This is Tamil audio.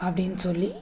அப்படின்னு சொல்லி